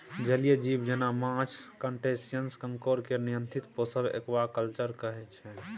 जलीय जीब जेना माछ, क्रस्टेशियंस, काँकोर केर नियंत्रित पोसब एक्वाकल्चर कहय छै